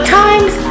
times